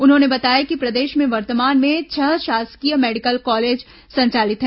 उन्होंने बताया कि प्रदेश में वर्तमान में छह शासकीय मेडिकल कॉलेज संचालित हैं